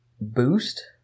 boost